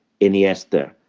Iniesta